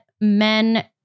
men